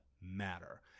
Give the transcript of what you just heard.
matter